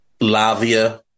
Lavia